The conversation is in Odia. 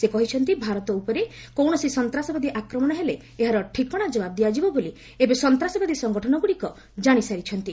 ସେ କହିଛନ୍ତି ଭାରତ ଉପରେ କୌଣସି ସନ୍ତାସବାଦୀ ଆକ୍ରମଣ ହେଲେ ଏହାର ଠିକଣା ଜବାବ ଦିଆଯିବ ବୋଲି ଏବେ ସନ୍ତ୍ରାସବାଦୀ ସଂଗଠନଗୁଡ଼ିକ ଜାଣିସାରିଛନ୍ତି